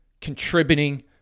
contributing